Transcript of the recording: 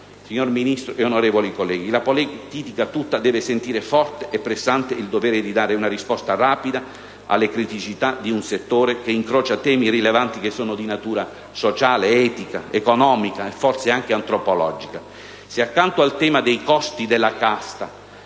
signor Ministro, onorevoli colleghi, la politica tutta deve sentire forte e pressante il dovere di dare una risposta rapida alle criticità di un settore che incrocia temi rilevanti di natura sociale, etica, economica e forse anche antropologica. Se accanto al tema dei costi della casta,